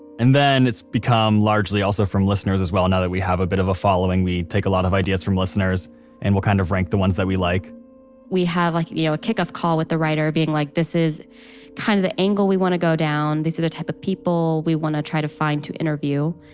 and then, it's become largely from listeners as well. now and that we have a bit of a following, we take a lot of ideas from listeners and we'll kind of rank the ones that we like we have like you know a kickoff call with the writer, being like, this is kind of the angle we want to go down, these are the type of people we want to try to find to interview.